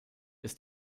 ist